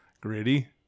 gritty